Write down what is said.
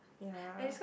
ya